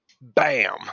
Bam